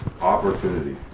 Opportunity